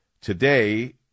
Today